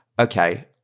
okay